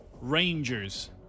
Rangers